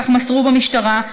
כך מסרו במשטרה,